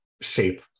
shape